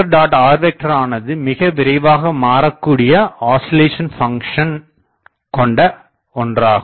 rஆனது மிகவிரைவாக மாறக்கூடிய oscillation function கொண்ட ஒன்றாகும்